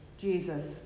Jesus